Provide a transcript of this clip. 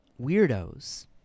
weirdos